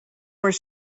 were